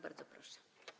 Bardzo proszę.